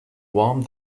warm